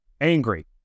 angry